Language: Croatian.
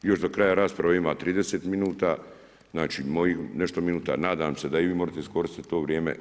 Još do kraja rasprave ima 30 min, znači mojih nešto minuta, nadam se da i vi možete iskoristi to vrijeme.